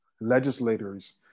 legislators